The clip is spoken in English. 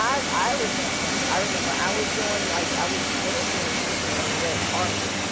i remember. i remember. i was doing, i was interviewing people on the red carpet,